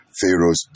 Pharaoh's